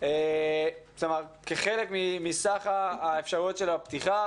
כחלק מסך האפשרויות של הפתיחה.